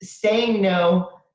saying no